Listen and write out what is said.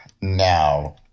now